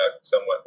somewhat